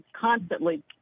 constantly